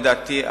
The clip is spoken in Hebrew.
לדעתי,